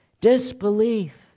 disbelief